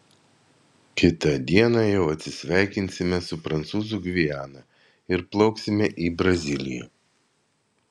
kitą dieną jau atsisveikinsime su prancūzų gviana ir plauksime į braziliją